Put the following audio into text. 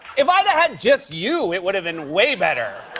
if i'd had just you, it would have been way better.